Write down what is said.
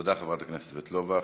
תודה, חברת הכנסת סבטלובה.